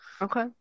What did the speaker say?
Okay